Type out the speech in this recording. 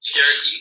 Derek